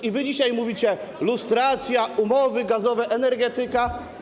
I wy dzisiaj mówicie: lustracja, umowy gazowe, energetyka.